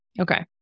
Okay